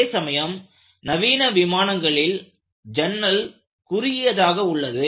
அதேசமயம் நவீன விமானங்களில் ஜன்னல் குறுகியதாக உள்ளது